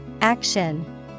Action